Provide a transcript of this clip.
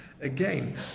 Again